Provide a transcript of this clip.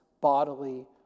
bodily